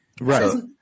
Right